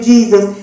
Jesus